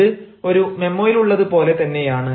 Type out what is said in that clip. ഇത് ഒരു മെമ്മോയിലുള്ളത് പോലെ തന്നെയാണ്